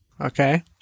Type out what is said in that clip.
okay